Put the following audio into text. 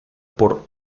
por